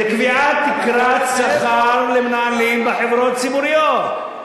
זה קביעת תקרת שכר למנהלים בחברות ציבוריות.